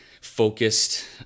focused